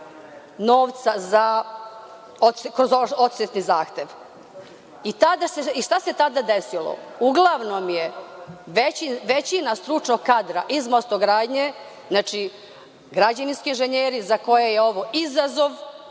novca za odštetni zahtev. Šta se tada desilo? Uglavnom je većina stručnog kadra iz „Mostogradnje“, znači, građevinski inženjeri za koje je ovo izazove